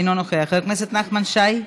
אינו נוכח, חבר הכנסת נחמן שי,